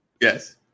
Yes